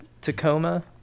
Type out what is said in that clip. tacoma